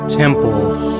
temples